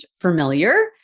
familiar